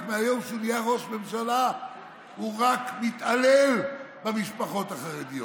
מהיום שהוא נהיה ראש ממשלה הוא רק מתעלל במשפחות החרדיות.